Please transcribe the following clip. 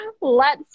lets